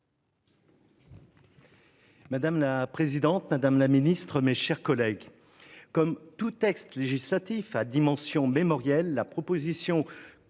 Madame la présidente Madame la Ministre, mes chers collègues comme tout texte législatif à dimension mémorielle. La proposition que